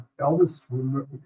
elvis